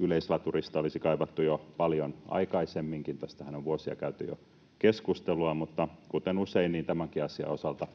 yleislaturista olisi kaivattu jo paljon aikaisemminkin. Tästähän on jo vuosia käyty keskustelua, mutta kuten usein, niin tämänkin asian osalta